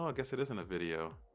um guess it isn't a video.